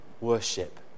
worship